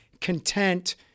content